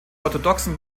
orthodoxen